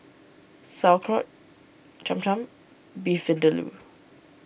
Sauerkraut Cham Cham Beef Vindaloo